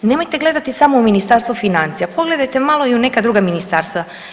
Nemojte gledati samo Ministarstvo financija, pogledajte malo i u neka druga ministarstva.